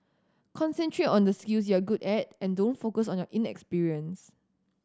concentrate on the skills you're good at and don't focus on your inexperience